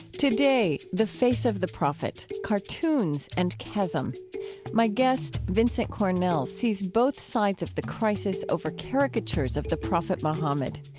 today, the face of the prophet cartoons and chasm my guest, vincent cornell, sees both sides of the crisis over caricatures of the prophet muhammad.